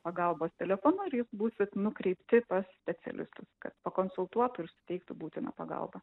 pagalbos telefonu ir jūs būsit nukreipti pas specialistus kad pakonsultuotų ir suteiktų būtiną pagalbą